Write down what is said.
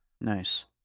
Nice